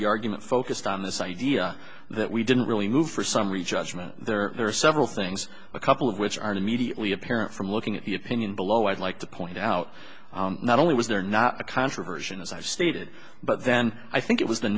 the argument focused on this idea that we didn't really move for summary judgment there are several things a couple of which aren't immediately apparent from looking at the opinion below i'd like to point out not only was there not a controversial as i've stated but then i think it was the